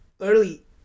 early